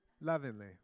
lovingly